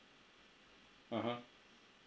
(uh huh)